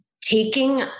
taking